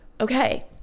okay